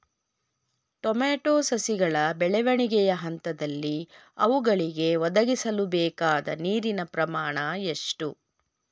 Tomato ಸಸಿಗಳ ಬೆಳವಣಿಗೆಯ ಹಂತದಲ್ಲಿ ಅವುಗಳಿಗೆ ಒದಗಿಸಲುಬೇಕಾದ ನೀರಿನ ಪ್ರಮಾಣ ಎಷ್ಟು?